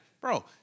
Bro